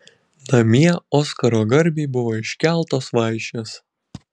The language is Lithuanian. namie oskaro garbei buvo iškeltos vaišės